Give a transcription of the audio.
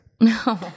No